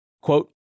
Quote